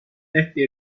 desde